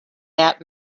that